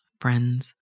friends